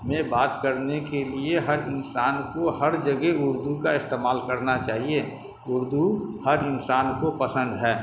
میں بات کرنے کے لیے ہر انسان کو ہر جگہ اردو کا استعمال کرنا چاہیے اردو ہر انسان کو پسند ہے